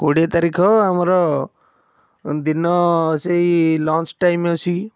କୋଡ଼ିଏ ତାରିଖ ଆମର ଦିନ ସେଇ ଲଞ୍ଚ୍ ଟାଇମ୍ ବେସିକି